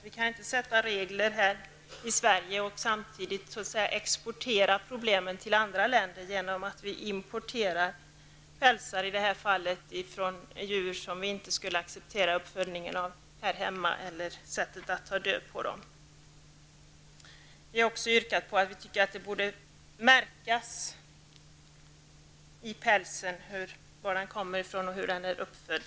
Vi kan inte sätta upp regler här i Sverige och samtidigt exportera problemen till andra länder genom att importera pälsar från djur, om vi inte här hemma skulle acceptera sättet att föda upp eller döda dem. Vi har också yrkat att pälsar borde märkas med uppgift om varifrån de kommer och hur djuren är uppfödda.